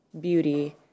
beauty